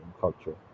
culture